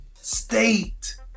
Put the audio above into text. state